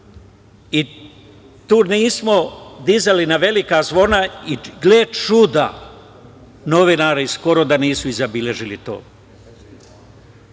i tu nismo dizali na velika zvona i, gle čuda, novinari skoro da nisu i zabeležili to.